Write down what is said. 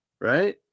right